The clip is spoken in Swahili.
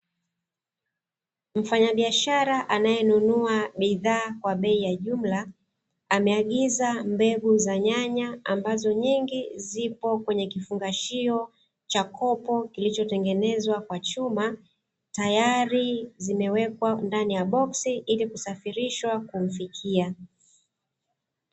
Mfanyabiashara anayenunua bidhaa kwa bei ya jumla, ameagiza mbegu za nyanya ambazo nyingi zipo kwenye kifungashio cha kopo kilichotengenezwa kwa chuma. Tayari zimewekwa ndani ya boksi, ili kusafirishwa kumfikia.